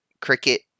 cricket